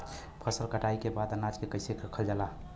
फसल कटाई के बाद अनाज के कईसे रखल जाला?